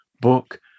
book